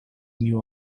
new